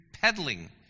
peddling